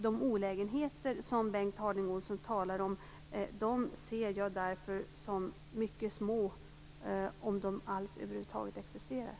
De olägenheter som Bengt Harding Olson talar om ser jag därför som mycket små, om de över huvud taget existerar.